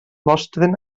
mostren